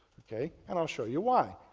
ok, and i'll show you why.